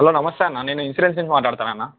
hello నమస్తే అన్న నేను ఇన్సురెన్స్ నుంచి మాట్లాడుతున్నా అన్న